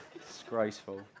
Disgraceful